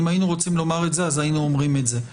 אם היינו רוצים לומר את זה אז היינו אומרים את זה.